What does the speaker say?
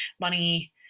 money